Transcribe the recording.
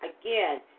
again